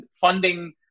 funding